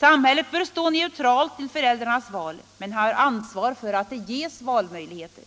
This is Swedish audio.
Samhället bör stå neutralt till föräldrarnas val, men har ansvar för att det ges valmöjligheter.